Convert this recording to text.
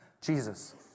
Jesus